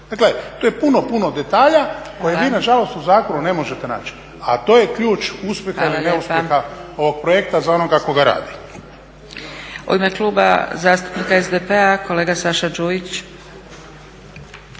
Dakle tu je puno, puno detalja koje vi nažalost u zakonu ne možete naći, a to je ključ uspjeha ili neuspjeha ovog projekta za onoga tko ga radi.